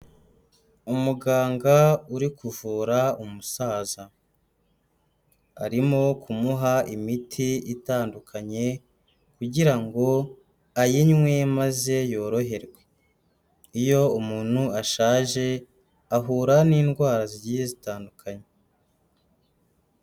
Umuganga uri kuvura umusaza, arimo kumuha imiti itandukanye kugira ngo ayinywe maze yoroherwe. Iyo umuntu ashaje ahura n'indwara zigiye zitandukanye.